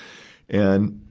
and,